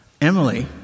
Emily